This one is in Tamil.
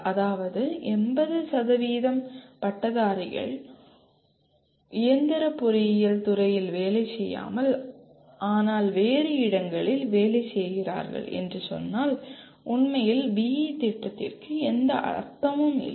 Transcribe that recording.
அதாவது 80 பட்டதாரிகள் இயந்திர பொறியியல் துறையில் வேலை செய்யாமல் ஆனால் வேறு இடங்களில் வேலை செய்கிறார்கள் என்று சொன்னால் உண்மையில் BE திட்டத்திற்கு எந்த அர்த்தமும் இல்லை